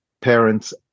parents